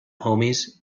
homies